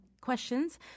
questions